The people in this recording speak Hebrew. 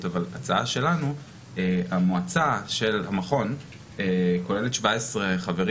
אבל הצעה שלנו המועצה של המכון כוללת 17 חברים.